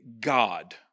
God